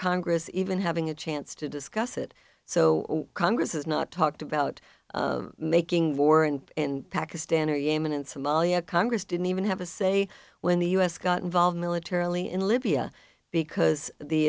congress even having a chance to discuss it so congress has not talked about making war and in pakistan or yemen and somalia congress didn't even have a say when the u s got involved militarily in libya because the